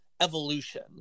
evolution